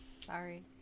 Sorry